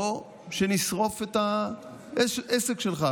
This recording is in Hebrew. או שנשרוף את העסק שלך.